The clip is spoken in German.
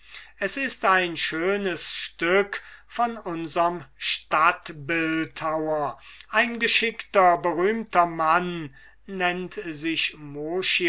es ist ein schönes stück von unserm stadtbildhauer ein geschickter berühmter mann nennt sich